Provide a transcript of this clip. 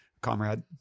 comrade